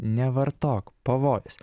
nevartok pavojus